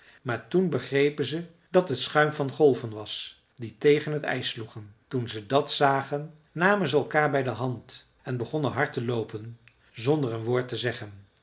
maar toen begrepen ze dat het schuim van golven was die tegen het ijs sloegen toen ze dat zagen namen ze elkaar bij de hand en begonnen hard te loopen zonder een woord te zeggen